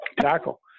tackle